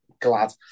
glad